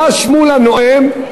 ממש מול הנואם.